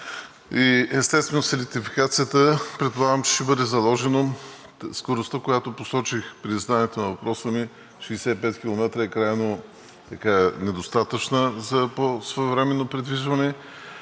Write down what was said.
Естествено, с електрификацията, предполагам, че ще бъде заложено – скоростта, която посочих при задаването на въпроса ми 65 км, е крайно недостатъчна за своевременно придвижване